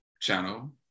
channel